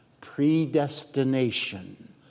predestination